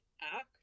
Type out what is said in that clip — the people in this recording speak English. act